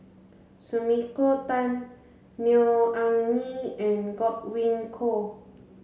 Sumiko Tan Neo Anngee and Godwin Koay